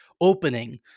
opening